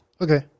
Okay